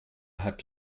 hat